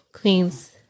Queens